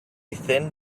thin